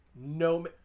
no